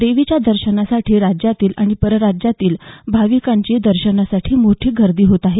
देवीच्या दर्शनासाठी राज्यातील आणि परराज्यातील भाविकांची दर्शनासाठी मोठी गर्दी होत आहे